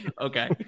okay